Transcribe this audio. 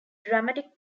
dramatic